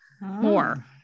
more